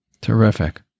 Terrific